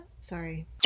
Sorry